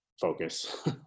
focus